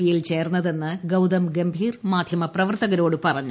പിയിൽ ചേർന്നതെന്ന് ഗൌതം ഗംഭീർ മാധ്യമ പ്രവർത്തകരോട് പറഞ്ഞു